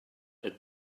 had